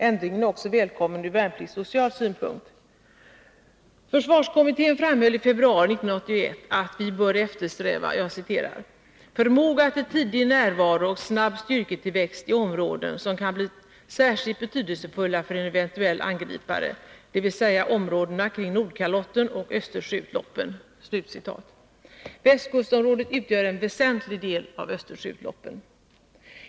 Ändringen är också välkommen ur värnpliktssocial synpunkt. Försvarskommittén framhöll i februari 1981 att vi bör eftersträva ”förmåga till tidig närvaro och snabb styrketillväxt i områden som kan bli särskilt betydelsefulla för en eventuell angripare, d v s områdena kring Nordkalotten och Östersjöutloppen”. Västkustområdet utgör en väsentlig del av Östersjöutloppen.